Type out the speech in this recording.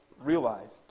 realized